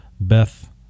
Beth